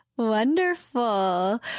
Wonderful